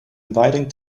inviting